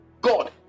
God